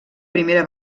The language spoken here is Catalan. primera